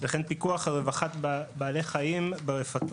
וכן פיקוח על רווחת בע"ח ברפתות.